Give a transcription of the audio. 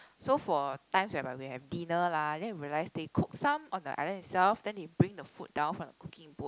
so for times while we have dinner lah then we realize they cook some on the island itself then they bring the food down from the cooking boat